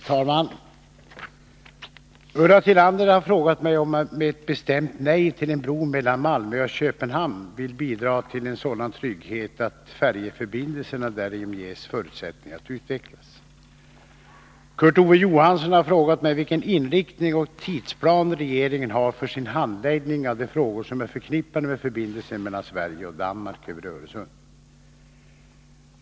Herr talman! Ulla Tillander har frågat mig om jag med ett bestämt nej till en bro mellan Malmö och Köpenhamn vill bidra till en sådan trygghet att färjeförbindelserna därigenom ges förutsättningar att utvecklas. Kurt Ove Johansson har frågat mig vilken inriktning och tidsplan regeringen har för sin handläggning av de frågor som är förknippade med förbindelserna mellan Sverige och Danmark över Öresund.